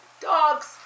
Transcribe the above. dogs